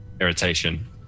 irritation